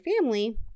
family